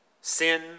Sin